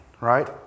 right